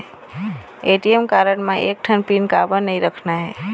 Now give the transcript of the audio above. ATM card म एक ठन पिन काबर नई रखना हे?